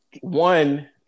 one